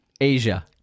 Asia